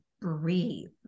breathe